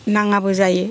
नाङाबो जायो